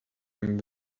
him